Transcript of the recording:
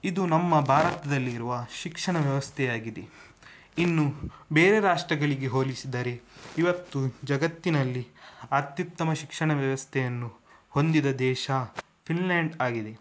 ಇದು ನಮ್ಮ ಭಾರತದಲ್ಲಿರುವ ಶಿಕ್ಷಣ ವ್ಯವಸ್ಥೆಯಾಗಿದೆ ಇನ್ನು ಬೇರೆ ರಾಷ್ಟ್ರಗಳಿಗೆ ಹೋಲಿಸಿದರೆ ಇವತ್ತು ಜಗತ್ತಿನಲ್ಲಿ ಅತ್ಯುತ್ತಮ ಶಿಕ್ಷಣ ವ್ಯವಸ್ಥೆಯನ್ನು ಹೊಂದಿದ ದೇಶ ಫಿನ್ಲ್ಯಾಂಡ್ ಆಗಿದೆ